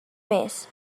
més